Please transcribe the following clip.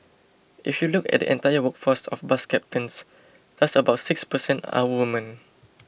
if you look at entire workforce of bus captains just about six per cent are women